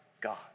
God